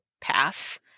pass